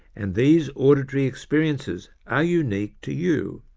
and these auditory experiences are unique to you,